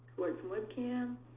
records webcam.